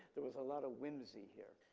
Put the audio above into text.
there was a lot of whimsy here.